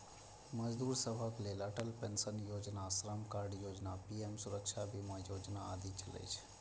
मजदूर सभक लेल अटल पेंशन योजना, श्रम कार्ड योजना, पीएम सुरक्षा बीमा योजना आदि चलै छै